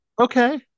Okay